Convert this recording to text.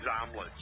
omelets